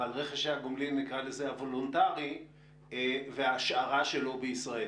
אבל רכש הגומלין הוולונטרי וההשארה שלו בישראל.